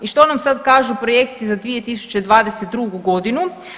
I što nam sad kažu projekcije za 2022. godinu?